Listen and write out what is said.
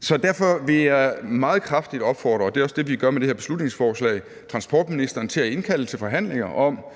Så derfor vil jeg meget kraftigt opfordre transportministeren til – og det er også det, vi gør med det her beslutningsforslag – at indkalde til forhandlinger om